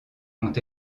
ont